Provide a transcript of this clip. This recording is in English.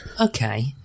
Okay